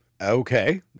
Okay